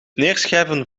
neerschrijven